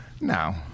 No